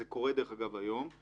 זה קורה היום, דרך אגב.